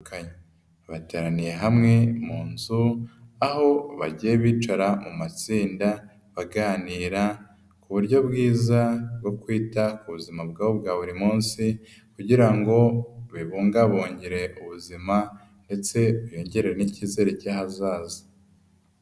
Bateraniye hamwe mu nzu, aho bagiye bicara mu matsinda, baganira ku buryo bwiza bwo kwita ku buzima bwabo bwa buri munsi, kugira ngo bibungabungire ubuzima, ndetse biyongerere n'ikizere cy'ejo haazaza.